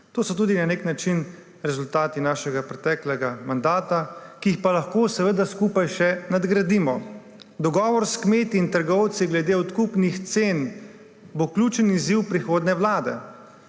To so tudi na nek način rezultati našega preteklega mandata, ki jih pa lahko seveda skupaj še nadgradimo. Dogovor s kmeti in trgovci glede odkupnih cen bo ključen izziv prihodnje vlade.